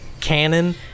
canon